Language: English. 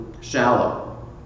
shallow